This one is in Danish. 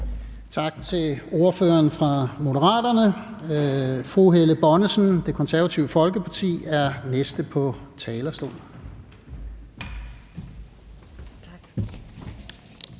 Tak til ordføreren for Moderaterne. Fru Helle Bonnesen, Det Konservative Folkeparti, er den næste på talerstolen.